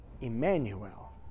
Emmanuel